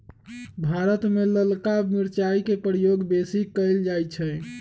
भारत में ललका मिरचाई के प्रयोग बेशी कएल जाइ छइ